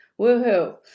woohoo